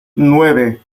nueve